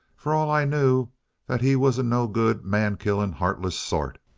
for all i knew that he was a no-good, man-killing, heartless sort.